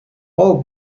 all